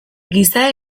giza